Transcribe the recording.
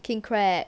king crab